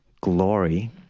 glory